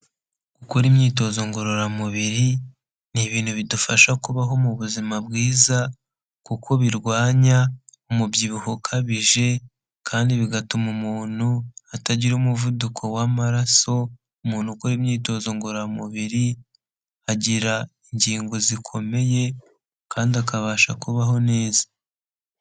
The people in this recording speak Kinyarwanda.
Gukora imyitozo ngororamubiri ni ibintu bidufasha kubaho mu buzima bwiza kuko birwanya umubyibuho ukabije kandi bigatuma umuntu atagira umuvuduko w'amaraso, umuntu ukora imyitozo ngororamubiri agira ingingo zikomeye kandi akabasha kubaho neza.